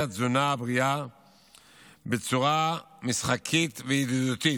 התזונה הבריאה בצורה משחקית וידידותית.